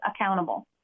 accountable